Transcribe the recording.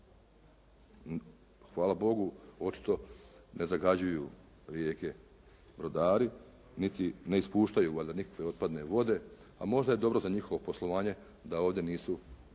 Hvala Bogu očito ne zagađuju rijeke brodari niti ne ispuštaju valjda nekakve otpadne vode, a možda je dobro za njihovo poslovanje da ovdje nisu ovim